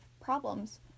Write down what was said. problems